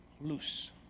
loose